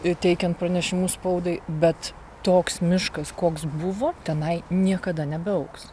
ir teikiant pranešimus spaudai bet toks miškas koks buvo tenai niekada nebeaugs